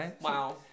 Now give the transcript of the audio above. Wow